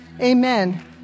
Amen